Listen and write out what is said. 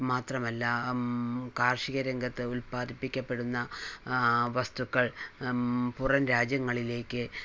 മാത്രമല്ല കാർഷികരംഗത്ത് ഉൽപ്പാദിപ്പിക്കപ്പെടുന്ന വസ്തുക്കൾ പുറം രാജ്യങ്ങളിലേക്ക്